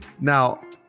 now